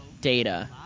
data